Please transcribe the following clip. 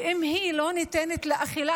ואם היא לא ניתנת לאכילה,